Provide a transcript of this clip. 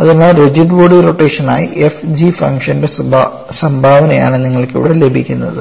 അതിനാൽ rigid body റൊട്ടേഷനായി fg ഫംഗ്ഷന്റെ സംഭാവനയാണ് നിങ്ങൾക്കിവിടെ ലഭിക്കുന്നത്